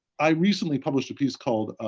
i recently published a piece called,